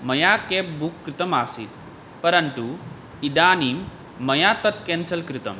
मया cab book कृतमासीत् परन्तु इदानीं मया तत् केन्सल् कृतम्